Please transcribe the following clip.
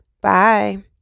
Bye